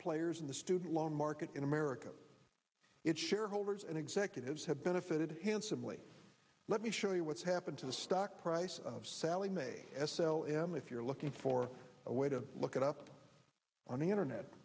players in the student loan market in america its shareholders and executives have benefited handsomely let me show you what's happened to the stock price of sallie mae s l m if you're looking for a way to look it up on the internet